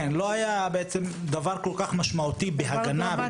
לא היה כל כך משמעותי בהגנה,